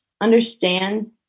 Understand